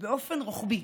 באופן רוחבי,